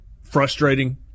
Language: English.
frustrating